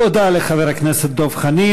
תודה לחבר הכנסת דב חנין.